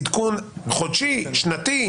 עדכון חודשי, שנתי.